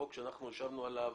החוק שישבנו עליו